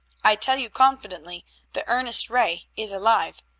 i tell you confidently that ernest ray is alive,